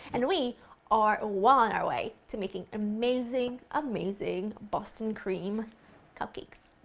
and we are well on our way to making amazing, amazing, boston cream cupcakes.